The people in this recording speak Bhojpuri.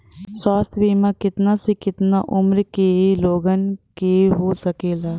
स्वास्थ्य बीमा कितना से कितना उमर के लोगन के हो सकेला?